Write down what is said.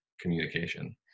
communication